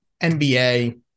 NBA